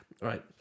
Right